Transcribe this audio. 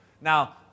Now